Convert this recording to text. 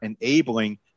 enabling